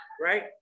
right